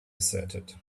asserted